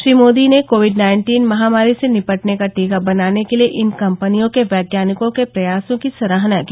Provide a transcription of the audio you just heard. श्री मोदी ने Covid nineteen महामारी से निपटने का टीका बनाने के लिए इन कपंनियों के वैज्ञानिकों के प्रयासों की सराहना की